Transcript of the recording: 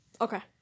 Okay